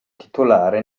titolare